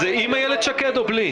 מיקי, זה עם איילת שקד או בלי?